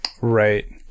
right